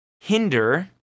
hinder